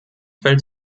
fällt